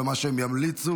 ומה שהם ימליצו,